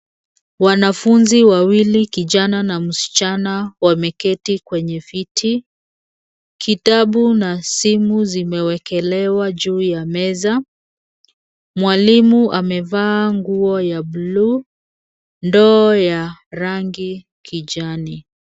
Wanafunzi wawili kijana na msichana wameketi kwenye viti. Kitabu na simu zimewekelewa juu ya meza. Mwalimu amevaa nguo ya bluu, ndoo ya rangi kijani.